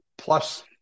plus